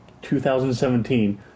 2017